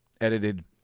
edited